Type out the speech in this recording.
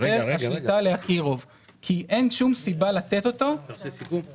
שבגלל שלאקירוב יש עסקי נדל"ן איפה שהוא הכסף הפנסיוני